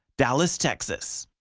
dallas, texas.